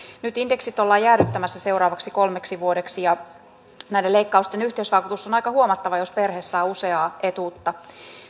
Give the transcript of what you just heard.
nyt indeksit ollaan jäädyttämässä seuraavaksi kolmeksi vuodeksi ja näiden leikkausten yhteisvaikutus on aika huomattava jos perhe saa useaa etuutta